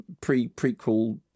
pre-prequel